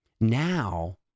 now